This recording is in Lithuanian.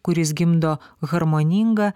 kuris gimdo harmoningą